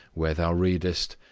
where thou readest,